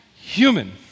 human